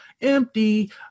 Empty